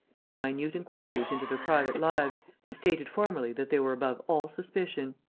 made minute inquiries into their private lives and stated formally that they were above all suspicion.